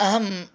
अहम्